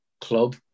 club